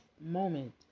moment